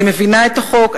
אני מבינה את החוק.